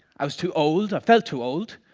i was too old, i felt too old